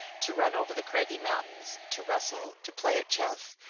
to run over the craggy mountains, to wrestle, to play at chess,